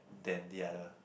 than the other